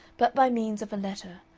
but by means of a letter,